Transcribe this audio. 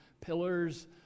pillars